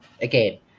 again